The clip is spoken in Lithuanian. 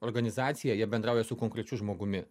organizacija jie bendrauja su konkrečiu žmogumi